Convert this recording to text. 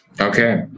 Okay